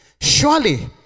Surely